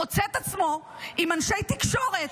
מוצא את עצמו עם אנשי תקשורת,